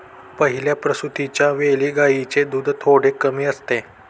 पहिल्या प्रसूतिच्या वेळी गायींचे दूध थोडे कमी असते